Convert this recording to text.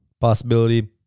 Possibility